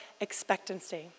expectancy